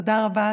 תודה רבה.